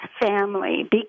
family